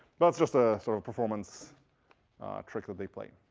that's just a sort of performance trick that they play.